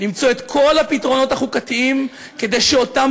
למצוא את כל הפתרונות החוקיים כדי שאותם